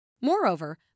Moreover